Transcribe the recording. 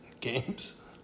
games